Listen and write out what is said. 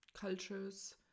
cultures